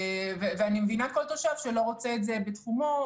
אני מבינה כל תושב שלא רוצה את זה בתחומו,